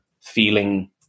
feeling